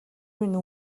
минь